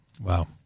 Wow